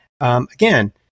again